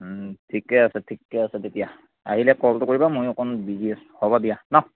ঠিকে আছে ঠিকে আছে তেতিয়া আহিলে কলটো কৰিবা ময়ো অকণ বিজি আছোঁ হ'ব দিয়া ন